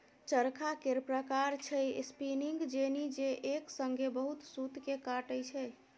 चरखा केर प्रकार छै स्पीनिंग जेनी जे एक संगे बहुत सुत केँ काटय छै